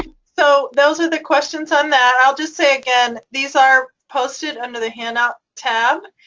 so, those are the questions on that. i'll just say again these are posted under the handout tab.